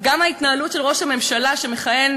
גם ההתנהלות של ראש הממשלה שמכהן,